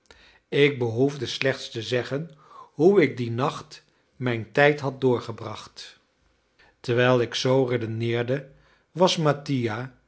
ik behoefde slechts te zeggen hoe ik dien nacht mijn tijd had doorgebracht terwijl ik zoo redeneerde was mattia